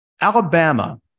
Alabama